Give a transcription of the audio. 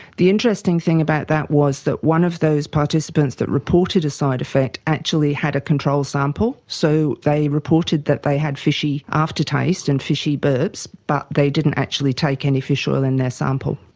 the interesting thing about that was that one of those participants who reported a side effect actually had a controlled sample so they reported that they had fishy aftertaste and fishy burps but they didn't actually take any fish oil in their sample.